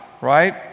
right